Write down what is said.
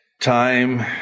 time